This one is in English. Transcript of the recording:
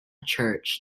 church